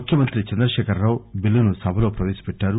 ముఖ్యమంతి చంద్రశేఖరరావు బిల్లును సభలో పవేశపెట్టారు